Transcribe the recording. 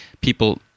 people